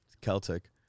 Celtic